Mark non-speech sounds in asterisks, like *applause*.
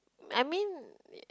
I mean *noise*